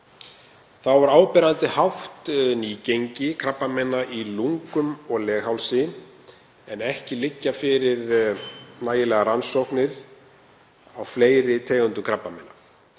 Þá var áberandi hátt nýgengi krabbameina í lungum og leghálsi en ekki liggja fyrir rannsóknir á fleiri tegundum krabbameina.